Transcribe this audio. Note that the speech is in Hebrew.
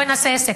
בואי נעשה עסק,